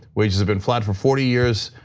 wages have been flat for forty years.